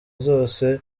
zose